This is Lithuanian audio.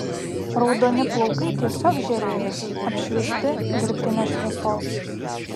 raudoni plaukai tiesiog žėrėjo apšviesti dirbtinės šviesos